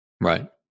Right